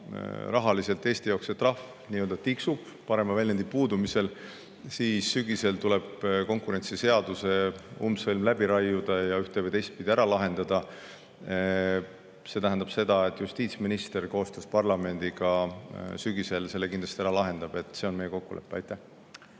trahv Eesti jaoks nii-öelda tiksub – ütlen nii parema väljendi puudumise tõttu –, siis sügisel tuleb konkurentsiseaduse umbsõlm läbi raiuda ja see ühte‑ või teistpidi ära lahendada. See tähendab, et justiitsminister koostöös parlamendiga sügisel selle kindlasti ära lahendab. See on meie kokkulepe. Aitäh!